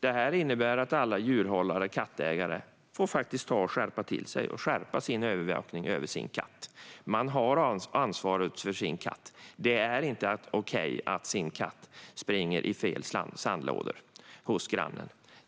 Detta innebär att alla djurhållare och kattägare faktiskt får ta och skärpa till sig och skärpa sin övervakning över sin katt. Man har ansvaret för sin katt; det är inte okej att ens katt springer i fel sandlådor hos grannen.